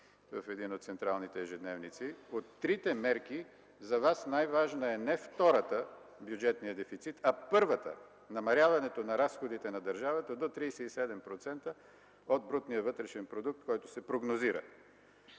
в един от централните ежедневници, от трите мерки за Вас най-важна е не втората – бюджетният дефицит, а първата – намаляването на разходите на държавата до 37% от брутния вътрешен продукт, който се прогнозира.